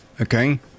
Okay